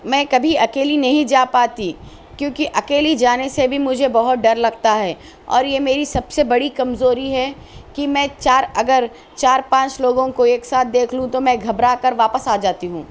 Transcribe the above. میں کبھی اکیلی نہیں جا پاتی کیونکہ اکیلی جانے سے بھی مجھے بہت ڈر لگتا ہے اور یہ میری سب سے بڑی کمزوری ہے کہ میں چار اگر چار پانچ لوگوں کو ایک ساتھ دیکھ لوں تو میں گھبرا کر واپس آ جا تی ہوں